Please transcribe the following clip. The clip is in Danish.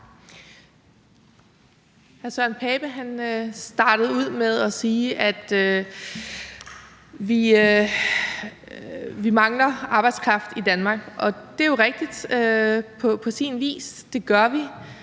Hr. Søren Pape Poulsen startede ud med at sige, at vi mangler arbejdskraft i Danmark – og det er jo rigtigt på sin vis. Det gør vi.